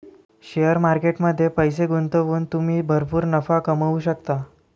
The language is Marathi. शेअर मार्केट मध्ये पैसे गुंतवून तुम्ही भरपूर नफा कमवू शकता